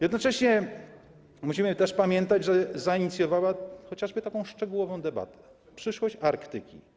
Jednocześnie musimy też pamiętać, że zainicjowała chociażby taką szczegółową debatę na temat przyszłości Arktyki.